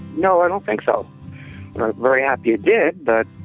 you know i don't think so, but i'm very happy it did. but